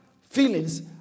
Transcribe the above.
feelings